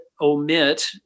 omit